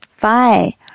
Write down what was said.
Bye